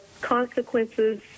consequences